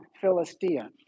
Philistia